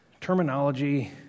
terminology